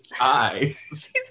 eyes